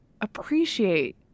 appreciate